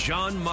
John